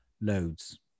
loads